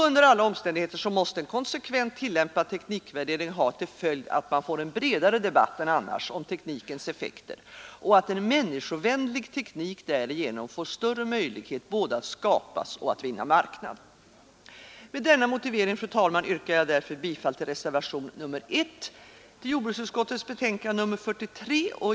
Under alla omständigheter måste en konsekvent tillämpad teknikvärdering ha till följd att man får en bredare debatt än annars om teknikens effekter och att en människovänlig teknik därigenom får större möjligheter både att skapas och att vinna marknad. Med denna motivering, fru talman, yrkar jag därför bifall till reservationen 1 i jordbruksutskottets betänkande nr 43.